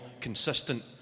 consistent